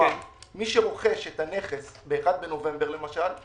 כלומר מי שרוכש את הנכס ב-1 בנובמבר למשל,